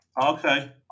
Okay